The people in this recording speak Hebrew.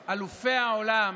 אתם אלופי העולם